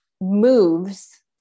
moves